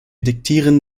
diktieren